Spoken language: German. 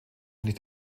nicht